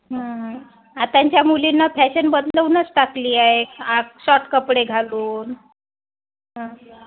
हां आताच्या मुलींना फॅशन बदलवूनच टाकली आहे आ शॉर्ट कपडे घालून हां